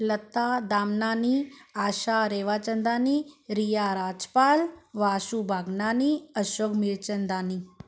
Lata Damnani Asha Rewachandani Riya Rajpal Vashu Bhagnani Ashok Mirchandani